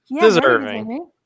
Deserving